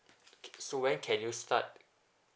so when can you start